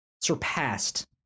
surpassed